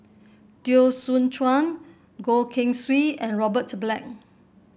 Teo Soon Chuan Goh Keng Swee and Robert Black